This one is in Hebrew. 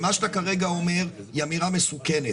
מה שאתה כרגע אומר היא אמירה מסוכנת,